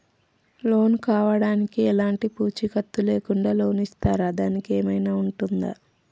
Loan కావడానికి ఎలాంటి పూచీకత్తు లేకుండా లోన్ ఇస్తారా దానికి ఏమైనా ఉంటుందా?